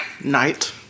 night